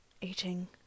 eating